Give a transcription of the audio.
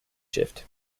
shift